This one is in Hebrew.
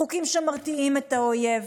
חוקים שמרתיעים את האויב,